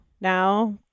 now